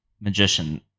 magician